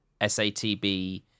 SATB